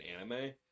anime